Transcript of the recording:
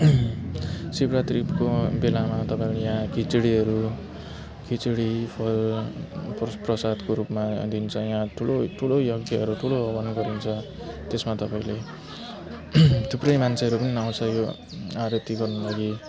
शिवरात्रिको बेलामा तपाईँलाई यहाँ खिचडीहरू खिचडी फल प्र प्रसादको रूपमा दिन्छ यहाँ ठुलो ठुलो यज्ञहरू ठुलो हवन गरिन्छ त्यसमा तपाईँले थुप्रै मान्छेहरू पनि आउँछ यो आरती गर्नु लागि